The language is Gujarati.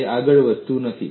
તે આગળ વધતું નથી